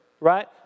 right